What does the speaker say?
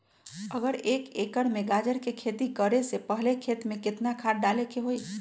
अगर एक एकर में गाजर के खेती करे से पहले खेत में केतना खाद्य डाले के होई?